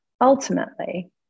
ultimately